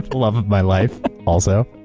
love of my life, also.